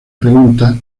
preguntas